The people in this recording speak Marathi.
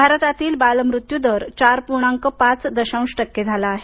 भारतातील बालमृत्यू दरचार पूर्णाक पाच दशांश टक्के झाला आहे